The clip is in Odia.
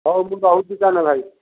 ହଉ ମୁଁ ରହୁଛି ତାହାନେ ଭାଇ